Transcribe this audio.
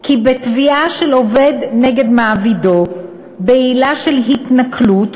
כי בתביעה של עובד נגד מעבידו בעילה של התנכלות,